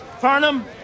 Farnham